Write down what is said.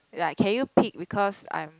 like can you pick because I'm